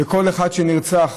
וכל אחד שנרצח